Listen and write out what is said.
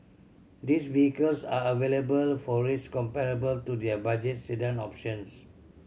these vehicles are available for rates comparable to their budget sedan options